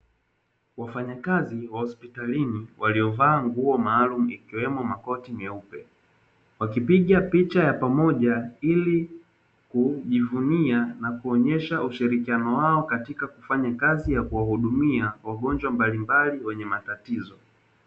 Wafanyakazi wa hosipitalini waliovalia nguo maalumu ikiwemo makoti meupe, wakipiga picha ya pamoja, ili kujivunia na kuonyesha ushirikiano wao katika kufanya kazi ya kuwahudumia wagonjwa mbalimbali wenye matatizo.